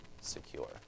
secure